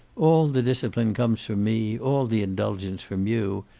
all the discipline comes from me, all the indulgence from you.